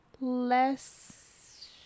less